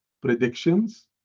predictions